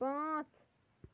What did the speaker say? پانٛژھ